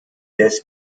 des